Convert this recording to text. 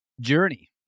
journey